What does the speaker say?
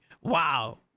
wow